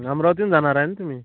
अमरावतीहून जाणार आहे न तुम्ही